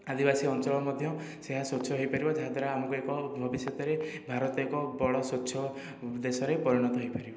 ଆଦିବାସୀ ଅଞ୍ଚଳ ମଧ୍ୟ ସେୟା ସ୍ୱଚ୍ଛ ହେଇପାରିବ ଯାହାଦ୍ୱାରା ଆମକୁ ଏକ ଭବିଷ୍ୟତରେ ଭାରତ ଏକ ବଡ଼ ସ୍ୱଚ୍ଛ ଉଦ୍ଦେଶ୍ୟରେ ପରିଣତ ହେଇପାରିବ